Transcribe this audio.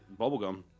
bubblegum